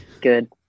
good